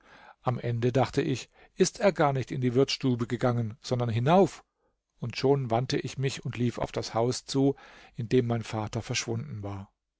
am ende dachte ich ist er gar nicht in die wirtsstube gegangen sondern hinauf und schon wandte ich mich und lief auf das haus zu in dem mein vater verschwunden war